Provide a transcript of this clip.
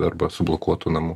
arba sublokuotų namų